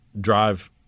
drive